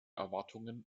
erwartungen